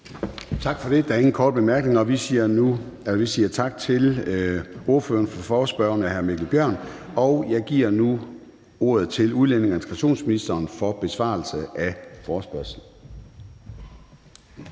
Tak for ordet. Kl. 16:06 Formanden (Søren Gade): Tak til ordføreren for forespørgerne, hr. Mikkel Bjørn. Jeg giver nu ordet til udlændinge- og integrationsministeren for besvarelse af forespørgslen.